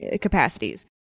capacities